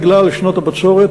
בגלל שנות הבצורת,